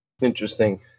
Interesting